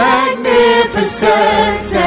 Magnificent